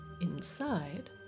inside